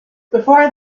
before